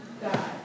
God